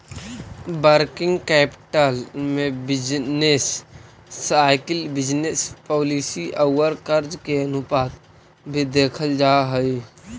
working capital में business cycle business policy औउर कर्ज के अनुपात भी देखल जा हई